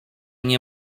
nie